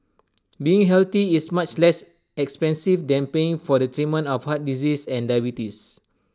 being healthy is much less expensive than paying for the treatment of heart disease and diabetes